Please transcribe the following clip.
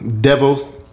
devil's